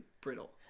brittle